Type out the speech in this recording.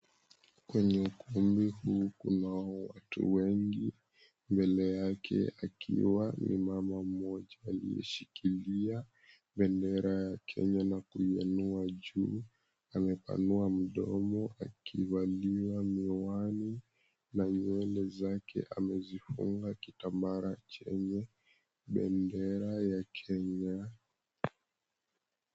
Kwenye ukumbi huu kunao watu wengi. Mbele yake akiwa ni mama mmoja aliyeshikilia bendera ya Kenya na kuiinua juu. Amepanua mdomo, akivalia miwani na nywele zake amezifunga kitambara chenye bendera ya Kenya.